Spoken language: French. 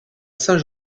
saint